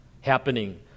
happening